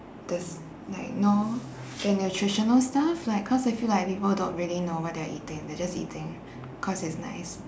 the s~ like know their nutritional stuff like cause I feel like people don't really know what they're eating they're just eating cause it's nice